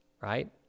right